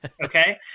okay